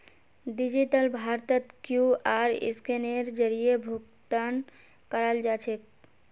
digital भारतत QR scanner जरीए भुकतान कराल जाछेक